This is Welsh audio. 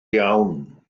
iawn